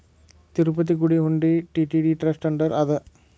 ತಿರುಪತಿ ಗುಡಿ ಹುಂಡಿ TTD trust under ಅದ